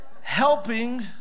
helping